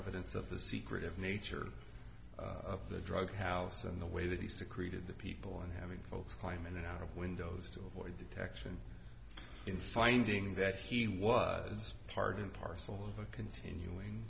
evidence of the secretive nature of the drug house and the way that he secreted the people and having folks climb in and out of windows to avoid detection in finding that he was part and parcel of a